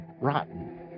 rotten